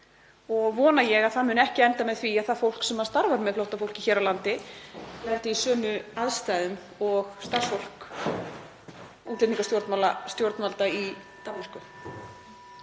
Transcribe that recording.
Ég vona að það endi ekki með því að fólk sem starfar með flóttafólki hérlendis lendi í sömu aðstæðum og starfsfólk útlendingastjórnvalda í Danmörku.